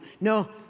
No